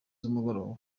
z’umugoroba